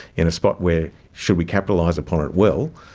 in a spot where, should we capitalise upon it well,